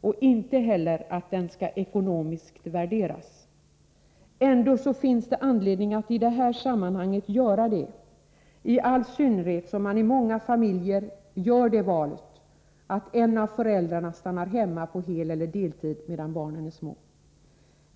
och inte heller att den skall ekonomiskt värderas. Ändå finns det anledning att i det här sammanhanget göra det, i all synnerhet som man i många familjer gör det valet att en av föräldrarna stannar hemma på heleller deltid medan barnen är små.